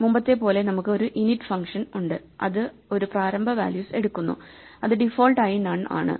മുമ്പത്തെപ്പോലെ നമുക്ക് ഒരു init ഫംഗ്ഷൻ ഉണ്ട് അത് ഒരു പ്രാരംഭ വാല്യൂസ് എടുക്കുന്നു അത് ഡിഫോൾട്ട് ആയി നൺ ആണ്